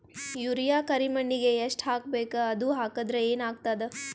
Urea ಕರಿಮಣ್ಣಿಗೆ ಎಷ್ಟ್ ಹಾಕ್ಬೇಕ್, ಅದು ಹಾಕದ್ರ ಏನ್ ಆಗ್ತಾದ?